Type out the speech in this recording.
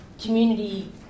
community